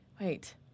Wait